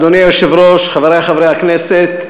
אדוני היושב-ראש, חברי חברי הכנסת,